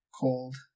cold